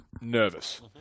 nervous